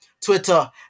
Twitter